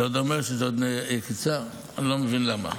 אתה עוד אומר שזו עקיצה, אני לא מבין למה.